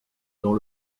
dans